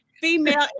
female